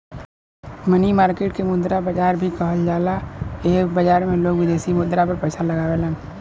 मनी market के मुद्रा बाजार भी कहल जाला एह बाजार में लोग विदेशी मुद्रा पर पैसा लगावेलन